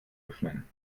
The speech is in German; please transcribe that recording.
öffnen